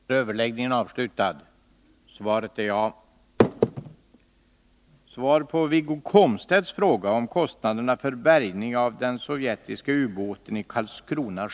Det sovjetiska ”ubåtsbesöket” i Karlskrona skärgård förra hösten ådrog sig stort intresse men också stora kostnader för de svenska skattebetalarna. Enligt nu gjord redovisning har Sovjet betalat ersättning för dessa kostnader.